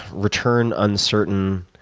return uncertain,